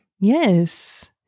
Yes